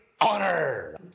honor